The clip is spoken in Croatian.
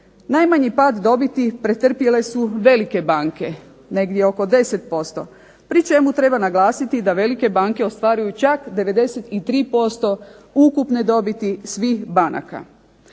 Najmanji pad dobiti pretrpjele su velike banke, negdje oko 10%, pri čemu treba naglasiti da velike banke ostvaruju čak 93% ukupne dobiti svih banaka.